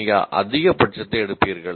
நீங்கள் அதிகபட்சத்தை எடுப்பீர்கள்